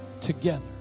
together